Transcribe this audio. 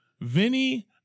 Vinny